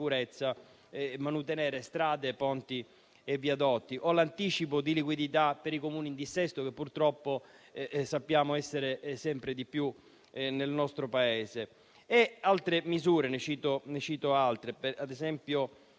manutenere strade, ponti e viadotti. Ricordo anche l'anticipo di liquidità per i Comuni in dissesto, che purtroppo sappiamo essere sempre di più nel nostro Paese. Cito altre misure, come ad esempio